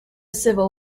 civil